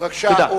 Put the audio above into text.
בבקשה.